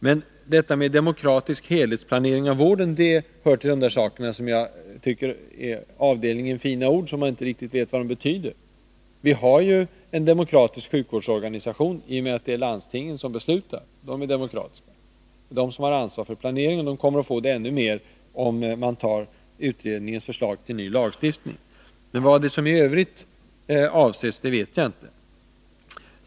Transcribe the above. Men detta med ”demokratisk helhetsplanering av vården” tycker jag hör till avdelningen fina ord som man inte riktigt vet vad de betyder. Vi har ju en demokratisk sjukvårdsorganisation i och med att det är landstingen som beslutar, och de är demokratiska. De som nu har ansvar för planeringen kommer att få det ännu mer om man antar utredningens förslag till ny lagstiftning. Men vad som i övrigt avses vet jag inte.